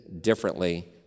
differently